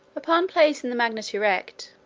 upon placing the magnet erect,